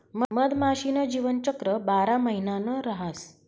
मधमाशी न जीवनचक्र बारा महिना न रहास